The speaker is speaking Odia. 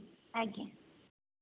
ଆଜ୍ଞା